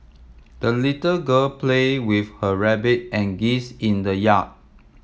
the little girl played with her rabbit and geese in the yard